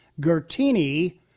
Gertini